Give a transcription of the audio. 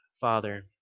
Father